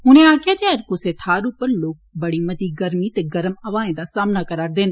उनें आक्खेआ जे हर कुसै थाहर उप्पर लोक बड़ी मती गर्मी ते गर्म हवाएं दा सामना करा'रदे न